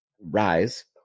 rise